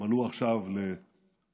מלאו עכשיו להקמתה.